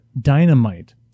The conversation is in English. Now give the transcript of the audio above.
dynamite